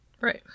Right